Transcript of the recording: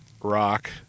rock